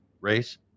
race